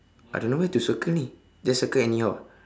I don't know where to circle ini just circle anyhow